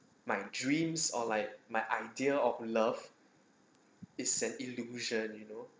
my dreams or like my idea of love is an illusion you know